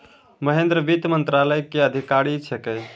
महेन्द्र वित्त मंत्रालय के अधिकारी छेकै